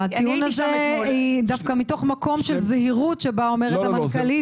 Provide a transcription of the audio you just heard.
הטיעון הזה דווקא מתוך מקום של זהירות שבה אומרת המנכ"לית